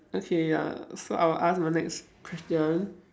okay ya so I will ask my next question